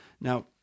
Now